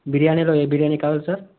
బిర్యానీలో ఏ బిర్యానీ కావాలి సార్